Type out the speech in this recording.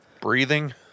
Breathing